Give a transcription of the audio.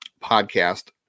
podcast